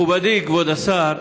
מכובדי כבוד השר,